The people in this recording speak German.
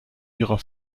ihrer